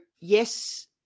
yes